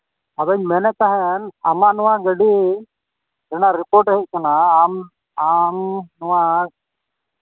ᱟᱫᱚᱧ ᱢᱮᱱᱮᱫ ᱛᱟᱦᱮᱱ ᱟᱢᱟᱜ ᱱᱚᱣᱟ ᱜᱟᱹᱰᱤ ᱨᱮᱱᱟᱜ ᱨᱤᱯᱳᱨᱴ ᱦᱮᱡ ᱠᱟᱱᱟ ᱟᱢ ᱟᱢ ᱱᱚᱣᱟ